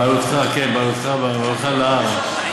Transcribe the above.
בהעלותך, כן, בהעלותך, בהעלותך להר...